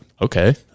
okay